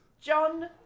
John